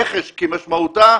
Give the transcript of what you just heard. רכש, כמשמעותו.